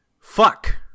Fuck